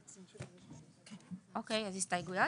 אוקיי, הסתייגויות?